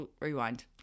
rewind